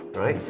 right?